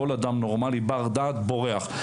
כל אדם נורמלי ובר דעת בורח.